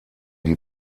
die